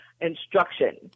instruction